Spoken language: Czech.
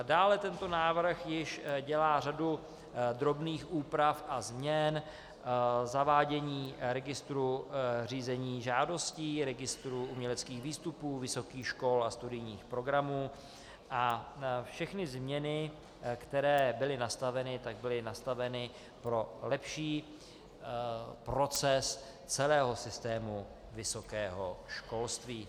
Dále tento návrh již dělá řadu drobných úprav a změn, zavádění registru řízení žádostí, registru uměleckých výstupů vysokých škol a studijních programů, a všechny změny, které byly nastaveny, byly nastaveny pro lepší proces celého systému vysokého školství.